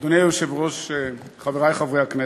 אדוני היושב-ראש, חברי חברי הכנסת,